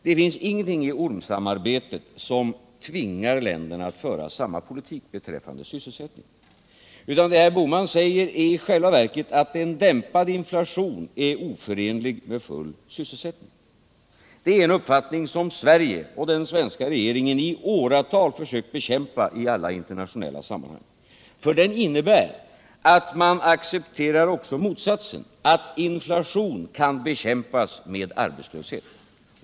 Det finns ingenting i ormsamarbetet som tvingar länderna att föra samma politik beträffande sysselsättningen. Det herr Bohman säger är i själva verket att en dämpad inflation är oförenlig med full sysselsättning. Det är en uppfattning som Sverige och den svenska regeringen i åratal försökt 15 bekämpa i alla internationella sammanhang, för den innebär att man accepterar också motsatsen — att inflation kan bekämpas med arbetslöshet.